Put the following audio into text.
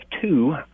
two